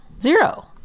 Zero